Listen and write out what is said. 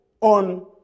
on